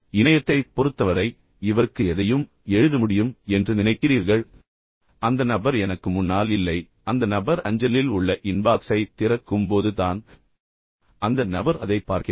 ஆனால் இணையத்தைப் பொறுத்தவரை இந்த நபருக்கு நான் எதையும் எழுத முடியும் என்று நீங்கள் நினைக்கிறீர்கள் ஏனென்றால் அந்த நபர் எனக்கு முன்னால் இல்லை அந்த நபர் அஞ்சலில் உள்ள இன்பாக்ஸைத் திறக்கும் போது தான் அந்த நபர் அதைப் பார்க்கிறார்